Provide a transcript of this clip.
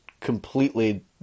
completely